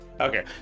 Okay